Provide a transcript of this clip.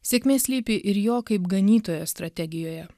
sėkmė slypi ir jo kaip ganytojo strategijoje